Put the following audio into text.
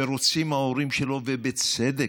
ורוצים ההורים שלו, ובצדק,